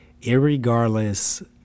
irregardless